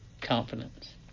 confidence